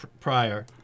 prior